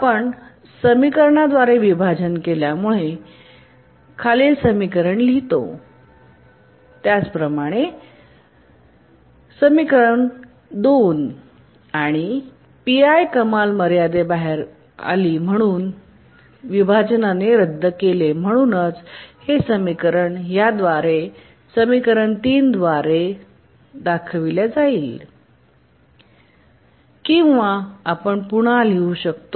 आपण समीकरणाद्वारे विभाजन केल्यामुळे आपण लिहितो आणि Pi कमाल मर्यादेमधून बाहेर आली आणि म्हणूनच विभाजनने रद्द केले म्हणूनच किंवा आपण पुन्हा लिहू शकतो